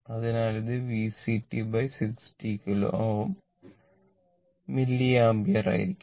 അതിനാൽ ഇത് VCt 60 kilo Ω milliampere ആയിരിക്കും